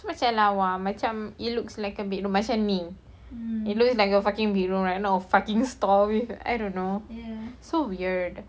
macam lawa macam it looks like a bedroom macam ni it looks like a fucking bedroom right no fucking storeroom I don't know it's so weird